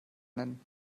nennen